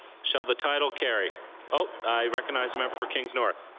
shall the title carry oh i recognize the member for kings north.